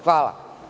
Hvala.